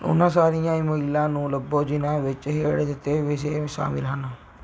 ਉਹਨਾਂ ਸਾਰੀਆਂ ਈਮੇਲਾਂ ਨੂੰ ਲੱਭੋ ਜਿਹਨਾਂ ਵਿਚ ਹੇਠ ਦਿੱਤੇ ਵਿਸ਼ੇ ਸ਼ਾਮਿਲ ਹਨ